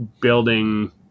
building